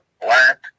black